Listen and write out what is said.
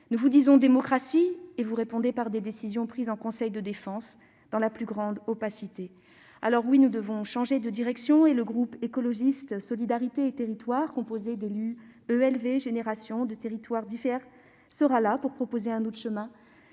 nous vous disons « démocratie », vous répondez par des décisions prises en conseil de défense dans la plus grande opacité. Nous devons changer de direction. C'est pourquoi le groupe Écologiste -Solidarité et Territoires, composé d'élus EELV, Générations.s, d'élus de nos territoires, sera là pour proposer un autre chemin